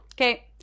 Okay